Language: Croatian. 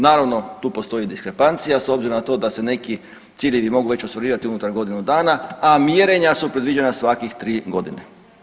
Naravno, tu postoji diskrepancija s obzirom na to da se neki ciljevi mogu već ostvarivati unutar godinu dana, a mjerenja su predviđena svakih tri godine.